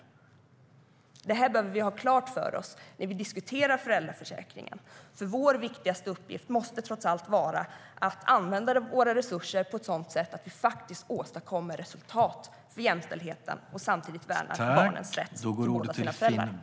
Det behöver vi ha klart för oss när vi diskuterar föräldraförsäkringen.